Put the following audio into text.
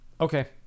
Okay